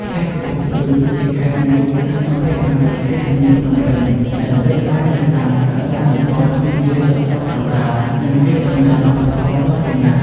ខេត្តកំពង់ស្ពឺ ជាខេត្តមួយស្ថិតនៅភាគខាងលិចរាជធានីភ្នំពេញ ដែលល្បីល្បាញដោយសារសក្ដានុពលធម្មជាតិដ៏ស្រស់ត្រកាល និងកេរដំណែលវប្បធម៌ដ៏ចំណាស់។